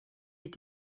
est